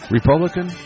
Republican